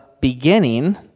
beginning